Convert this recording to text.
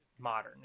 modern